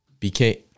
BK